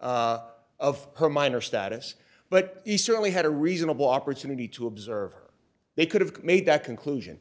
of her minor status but he certainly had a reasonable opportunity to observe or they could have made that conclusion